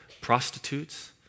prostitutes